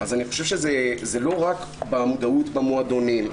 אז אני חושב שזה לא רק במודעות במועדונים.